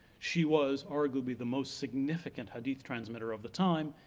she was arguably the most significant hadith transmitter of the time,